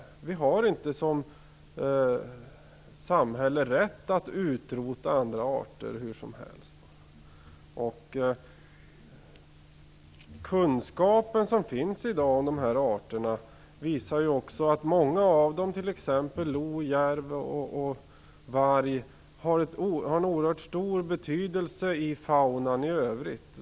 Vi har som samhälle inte rätt att utrota andra arter hur som helst. Kunskapen om de här arterna i dag visar att många av dem, t.ex. lo, järv och varg, har en oerhört stor betydelse i faunan i övrigt.